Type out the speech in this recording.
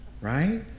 right